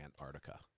Antarctica